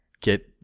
get